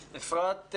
שלך,